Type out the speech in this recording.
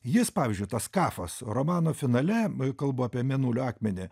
jis pavyzdžiui tas kafas romano finale kalbu apie mėnulio akmenį